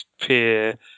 peer